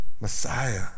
Messiah